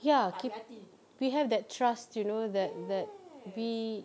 ya kit~ we have that trust you know that that we